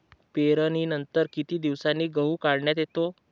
पेरणीनंतर किती दिवसांनी गहू काढण्यात येतो?